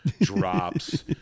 drops